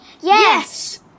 Yes